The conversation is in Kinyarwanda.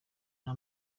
nta